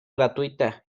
gratuita